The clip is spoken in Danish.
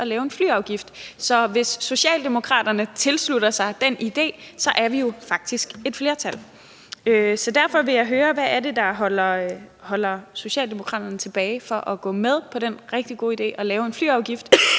at lave en flyafgift. Så hvis Socialdemokraterne tilslutter sig den idé, er vi jo faktisk et flertal. Derfor vil jeg høre, hvad det er, der holder Socialdemokraterne tilbage fra at gå med på den rigtig gode idé at lave en flyafgift,